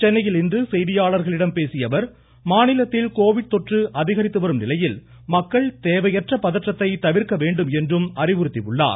சென்னையில் இன்று செய்தியாளர்களிடம் பேசிய அவர் மாநிலத்தில் கோவிட் தொற்று அதிகரித்து வரும் நிலையில் மக்கள் தேவையற்ற பதற்றத்தை தவிர்க்க வேண்டும் என்றும் அறிவுறுத்தியுள்ளார்